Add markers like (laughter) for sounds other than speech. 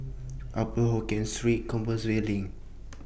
Upper Hokkien Street Compassvale LINK (noise)